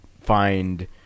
find